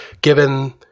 given